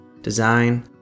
design